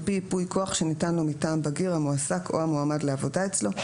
על פי ייפוי כוח שניתן לו מטעם בגיר המועסק או המועמד לעבודה אצלו,